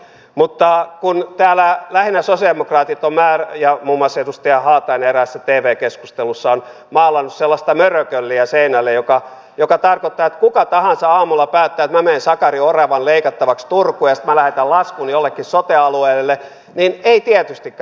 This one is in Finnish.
mutta kun täällä lähinnä sosialidemokraatit muun muassa edustaja haatainen eräässä tv keskustelussa ovat maalanneet sellaista mörökölliä seinälle mikä tarkoittaa että kuka tahansa aamulla päättää että minä menen sakari oravan leikattavaksi turkuun ja sitten minä lähetän laskun jollekin sote alueelle niin ei tietystikään